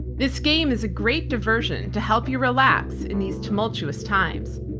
this game is a great diversion to help you relax in these tumultuous times.